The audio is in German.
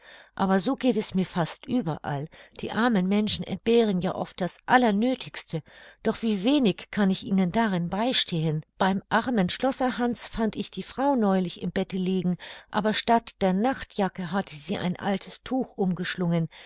aber so geht es mir fast überall die armen menschen entbehren ja oft das allernöthigste doch wie wenig kann ich ihnen darin beistehen beim armen schlosserhans fand ich die frau neulich im bette liegen aber statt der nachtjacke hatte sie ein altes tuch umgeschlungen